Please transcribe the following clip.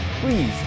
please